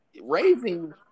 raising